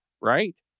right